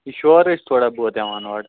شور حظ چھُ تھوڑا بہت یِوان اورٕ